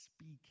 speak